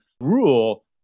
rule